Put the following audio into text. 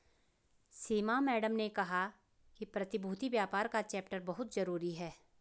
सीमा madam ने कहा कि प्रतिभूति व्यापार का चैप्टर बहुत जरूरी है